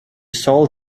soil